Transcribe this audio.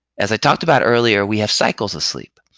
as i talked about earlier, we have cycles of sleep.